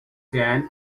dam